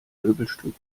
möbelstück